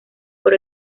por